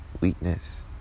weakness